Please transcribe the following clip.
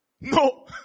No